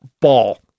ball